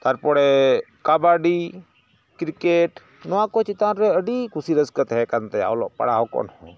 ᱛᱟᱨᱯᱚᱨᱮ ᱠᱟᱵᱟᱰᱤ ᱠᱨᱤᱠᱮᱴ ᱱᱚᱣᱟᱠᱚ ᱪᱮᱛᱟᱱᱨᱮ ᱟᱹᱰᱤᱠᱩᱥᱤ ᱨᱟᱹᱥᱠᱟᱹ ᱛᱮᱦᱮᱸ ᱠᱟᱱ ᱛᱟᱭᱟ ᱚᱞᱚᱜ ᱯᱟᱲᱦᱟᱣ ᱠᱷᱚᱱᱦᱚᱸ